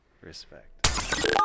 Respect